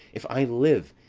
if i live,